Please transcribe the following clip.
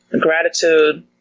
gratitude